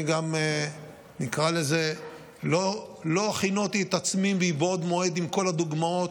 אני גם לא הכינותי את עצמי מבעוד מועד עם כל הדוגמאות,